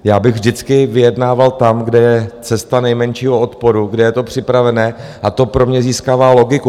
Já bych vždycky vyjednával tam, kde je cesta nejmenšího odporu, kde je to připravené, a to pro mě získává logiku.